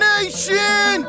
Nation